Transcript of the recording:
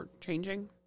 changing